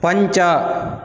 पञ्च